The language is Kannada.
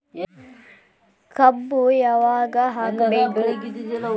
ಕಬ್ಬು ಯಾವಾಗ ಹಾಕಬೇಕು?